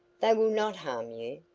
they will not harm you.